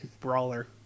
brawler